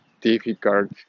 difficult